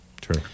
true